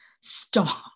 Stop